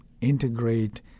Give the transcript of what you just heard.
integrate